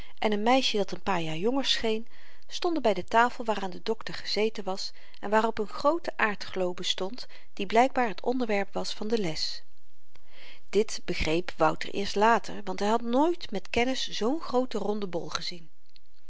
en n meisje dat een paar jaar jonger scheen stonden by de tafel waaraan de dokter gezeten was en waarop n groote aardglobe stond die blykbaar t onderwerp was van de les dit begreep wouter eerst later want hy had nooit met kennis zoo'n grooten ronden bol gezien